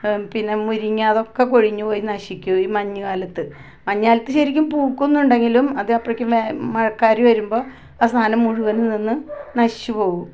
പിന്നെ മുരിങ്ങ അതൊക്കെ കൊഴിഞ്ഞു പോയി നശിക്കും ഈ മഞ്ഞ് കാലത്ത് മഞ്ഞുകാലത്ത് ശരിക്കും പൂക്കുന്നുണ്ടെങ്കിലും അത് അപ്പോഴേക്കും മഴക്കാര് വരുമ്പോ ആ സാധനം മുഴുവനും നിന്ന് നശിച്ചു പോവും